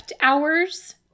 hours